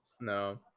No